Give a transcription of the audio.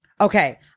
Okay